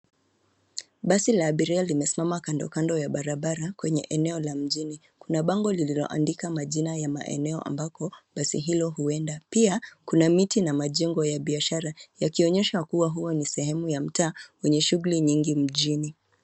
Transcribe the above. Basi la abiria limesimama kando kando ya barabara kwenye eneo la mjini. Kuna bango lililoandika majina ya maeneo ambako basi hilo huenda. Pia kuna miti na majengo ya biashara, yakionyesha kuwa huo ni sehemu ya mtaa wenye shughuli nyingi mjini.